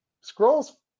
scrolls